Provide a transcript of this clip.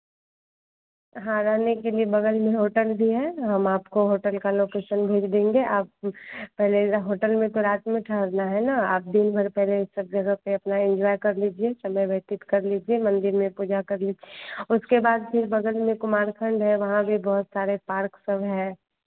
हाँ रहने के लिए बगल में होटल भी है हम आपको होटल का लोकेशन भेज देंगे आप पहले होटल में तो रात में ठहरना है ना आप दिन भर पहले सब जगह पर अपना इन्जॉय कर लीजिए समय व्यतीत कर लीजिए मंदिर में पूजा कर लीजिए उसके बाद फिर बगल में कुमारखंड है वहाँ भी बहुत सारे पार्क सब है